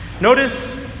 notice